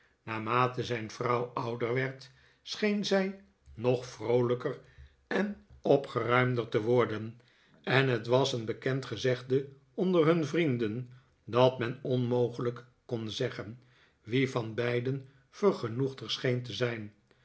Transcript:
naarmate zijn vrouw ouder werd scheen zij nog vroolijker en opgeruimder te worden en het was een bekend gezegde onder hun vrienden dat men onmogelijk kon zeggen wie van beiden vergenoegder scheen te zijn